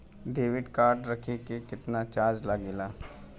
Debit card रखे के केतना चार्ज लगेला?